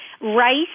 rice